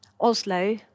Oslo